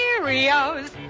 Cheerios